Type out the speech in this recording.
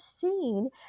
seen